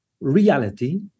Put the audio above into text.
reality